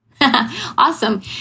Awesome